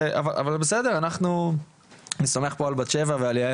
אני סומך פה על בת שבע ועל הצוות